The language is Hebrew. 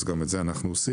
אז גם את זה אנחנו עושים.